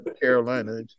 Carolina